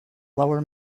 lower